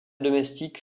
domestique